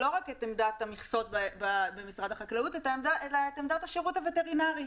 לא רק את עמדת המכסות במשרד החקלאות אלא את עמדת השירות הווטרינרי.